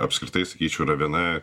apskritai sakyčiau yra viena